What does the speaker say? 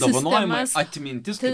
dovanojama atmintis tai